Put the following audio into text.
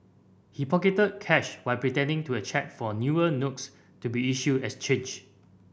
he pocketed cash while pretending to a check for newer notes to be issued as change